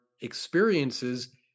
experiences